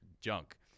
junk